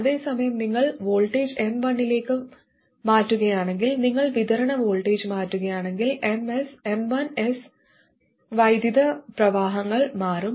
അതേസമയം നിങ്ങൾ voltage M1 ലേക്ക് മാറ്റുകയാണെങ്കിൽ നിങ്ങൾ വിതരണ വോൾട്ടേജ് മാറ്റുകയാണെങ്കിൽ M1s വൈദ്യുത പ്രവാഹങ്ങൾ മാറും